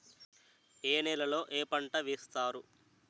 ఏ నేలలో ఏ పంట వేస్తారు?